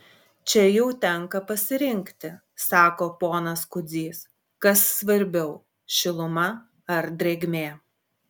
čia jau tenka pasirinkti sako ponas kudzys kas svarbiau šiluma ar drėgmė